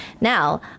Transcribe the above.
Now